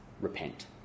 Repent